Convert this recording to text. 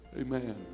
Amen